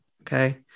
Okay